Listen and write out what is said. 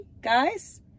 guys